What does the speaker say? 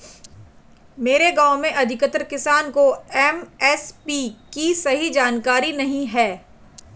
मेरे गांव में अधिकतर किसान को एम.एस.पी की सही जानकारी नहीं है